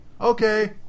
Okay